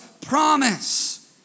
Promise